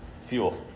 fuel